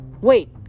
Wait